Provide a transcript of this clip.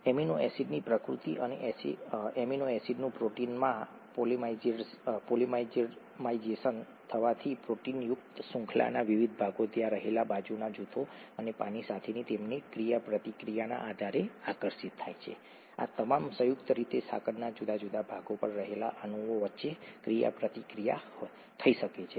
amino એસિડની પ્રકૃતિ અને એમિનો એસિડનું પ્રોટીનમાં પોલીમરાઇઝેશન થવાથી પ્રોટીનયુક્ત શૃંખલાના વિવિધ ભાગો ત્યાં રહેલા બાજુના જૂથો અને પાણી સાથેની તેમની ક્રિયાપ્રતિક્રિયાના આધારે આકર્ષિત થાય છે આ તમામ સંયુક્ત રીતે સાંકળના જુદા જુદા ભાગો પર રહેલા અણુઓ વચ્ચે ક્રિયાપ્રતિક્રિયા થઈ શકે છે